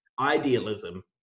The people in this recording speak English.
idealism